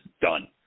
done